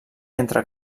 entre